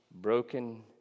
broken